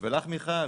ולך מיכל,